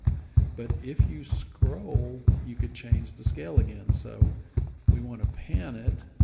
but if you scroll, you could change the scale again. so we want to pan it,